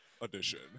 edition